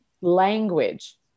language